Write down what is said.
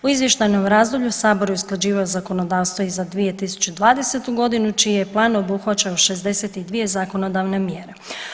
U izvještajnom razdoblju sabor je usklađivao zakonodavstvo i za 2020.g. čiji je plan obuhvaćao 62 zakonodavne mjere.